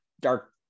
dark